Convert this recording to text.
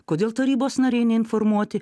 kodėl tarybos nariai neinformuoti